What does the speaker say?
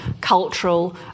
cultural